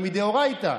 זה מדאורייתא,